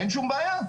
אין שום בעיה,